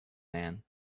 man